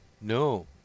No